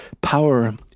power